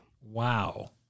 Wow